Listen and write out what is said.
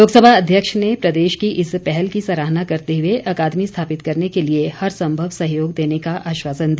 लोकसभा अध्यक्ष ने प्रदेश की इस पहल की सराहना करते हुए अकादमी स्थापित करने के लिए हरसंभव सहयोग देने का आश्वासन दिया